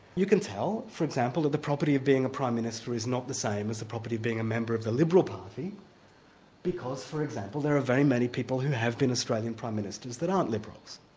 you can tell, for example, that the property of being a prime minister is not the same as the property of being a member of the liberal party because for example, there are very many people who have been australian prime ministers that aren't liberals.